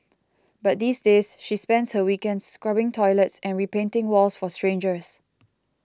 but these days she spends her weekends scrubbing toilets and repainting walls for strangers